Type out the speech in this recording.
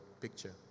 picture